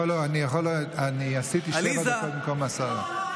לא, אני עשיתי שבע דקות במקום עשר.